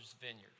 Vineyard